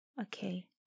Okay